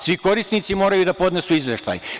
Svi korisnici moraju da podnesu izveštaj.